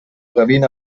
gavina